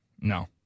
No